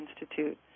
Institute